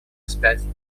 вспять